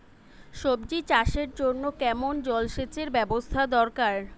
সবজি চাষের জন্য কেমন জলসেচের ব্যাবস্থা দরকার?